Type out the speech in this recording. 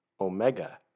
Omega